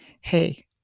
hey